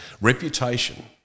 reputation